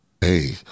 hey